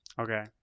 Okay